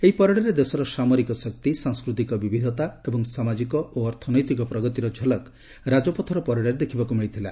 ଏହି ପ୍ୟାରେଡ୍ରେ ଦେଶର ସାମରିକ ଶକ୍ତି ସାଂସ୍କୃତିକ ବିବିଧତା ସାମାଜିକ ଏବଂ ଅର୍ଥନୈତିକ ପ୍ରଗତିର ଝଲକ ରାଜପଥର ପ୍ୟାରେଡରେ ଦେଖିବାକୁ ମିଳିଥିଲା